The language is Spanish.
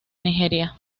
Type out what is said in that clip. nigeria